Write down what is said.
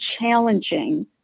challenging